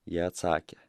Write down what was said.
jie atsakė